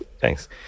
thanks